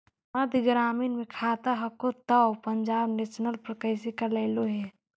मध्य ग्रामीण मे खाता हको तौ पंजाब नेशनल पर कैसे करैलहो हे?